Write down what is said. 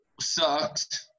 sucked